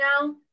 now